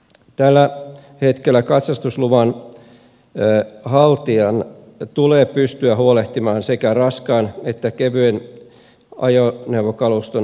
tällä hetkellä katsastusluvan haltijan tulee pystyä huolehtimaan sekä raskaan että kevyen ajoneuvokaluston katsastuksesta